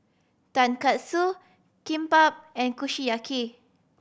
Tonkatsu Kimbap and Kushiyaki